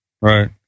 Right